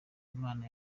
imana